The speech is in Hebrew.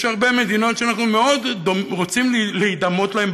יש הרבה מדינות שאנחנו מאוד רוצים להידמות להן,